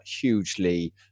hugely